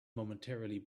momentarily